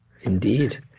Indeed